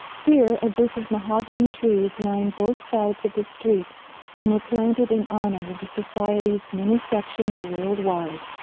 here, a group of mahogany trees line both sides of the street and were planted in honor of the society's many sections worldwide.